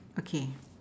okay